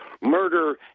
murder